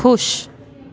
ख़ुशि